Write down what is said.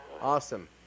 Awesome